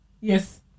yes